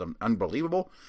unbelievable